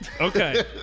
Okay